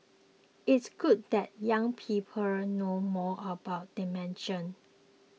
it's good that young people know more about dementia